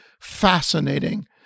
fascinating